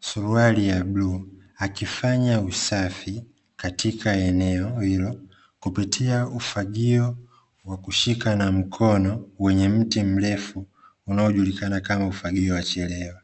suruali ya bluu akifanya usafi katika eneo hilo kupitia ufagio wa kushika na mkono wenye mti mrefu unaojiulikana kama ufagio wa chelewa.